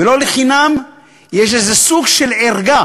ולא לחינם יש איזה סוג של ערגה,